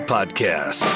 Podcast